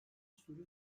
sürü